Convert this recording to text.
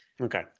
Okay